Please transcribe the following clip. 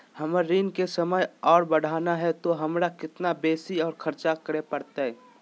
हमर ऋण के समय और बढ़ाना है तो हमरा कितना बेसी और खर्चा बड़तैय?